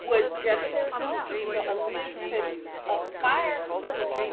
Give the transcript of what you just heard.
would just you know elicit a firestorm